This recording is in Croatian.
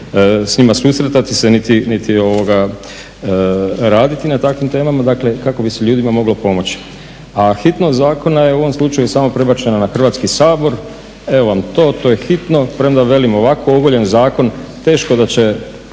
s njima susretati se, niti raditi na takvim temama, dakle kako bi se ljudima moglo pomoći. A hitnost zakona je u ovom slučaju samo prebačena na Hrvatski sabor, evo vam to, to je hitno, premda velim ovako oguljen zakon teško da će